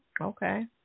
Okay